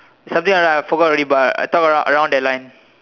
something around like but I forgot already but I talk around around that line